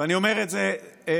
ואני אומר את זה לך,